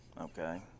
Okay